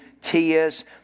tears